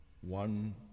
one